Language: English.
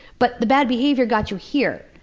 but the bad behavior got you here.